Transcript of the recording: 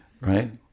Right